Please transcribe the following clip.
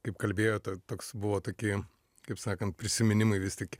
kaip kalbėjot toks buvo toki kaip sakant prisiminimai vis tik